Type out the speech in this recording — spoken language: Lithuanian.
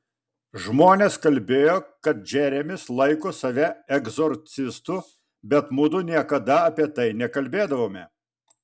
žmonės kalbėjo kad džeremis laiko save egzorcistu bet mudu niekada apie tai nekalbėdavome